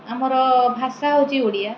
ଆମର ଭାଷା ହେଉଛି ଓଡ଼ିଆ